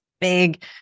big